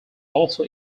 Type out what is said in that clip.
also